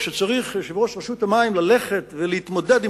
כשצריך יושב-ראש רשות המים ללכת ולהתמודד עם